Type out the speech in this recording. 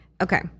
Okay